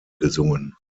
gesungen